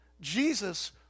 Jesus